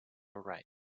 write